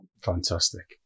Fantastic